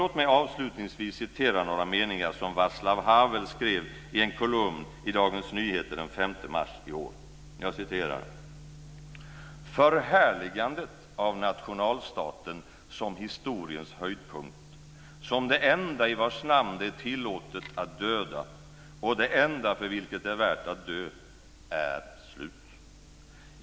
Låt mig avslutningsvis citera några meningar som Vaclav Havel skrev i en kolumn i Jag citerar: "Förhärligandet av nationalstaten som historiens höjdpunkt, som det enda i vars namn det är tillåtet att döda och det enda för vilket det är värt att dö, är slut.